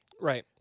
Right